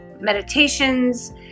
meditations